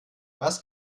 was